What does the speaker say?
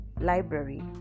library